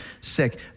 sick